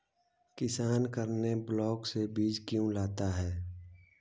किसान करने ब्लाक से बीज क्यों लाता है?